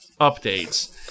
updates